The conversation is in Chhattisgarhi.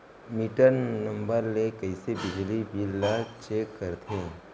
मीटर नंबर ले कइसे बिजली बिल ल चेक करथे?